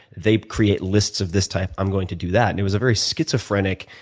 they create lists of this type. i am going to do that. and it was a very schizophrenic,